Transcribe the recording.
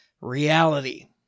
reality